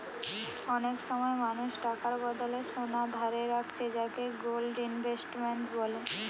অনেক সময় মানুষ টাকার বদলে সোনা ধারে রাখছে যাকে গোল্ড ইনভেস্টমেন্ট বলে